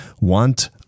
want